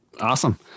awesome